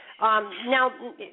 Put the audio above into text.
Now